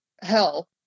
hell